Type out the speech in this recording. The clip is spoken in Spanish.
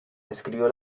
escribió